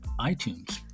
iTunes